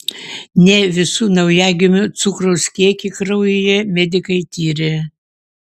ne visų naujagimių cukraus kiekį kraujyje medikai tiria